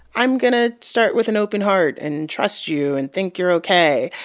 i'm going to start with an open heart and trust you and think you're okay,